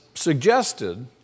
suggested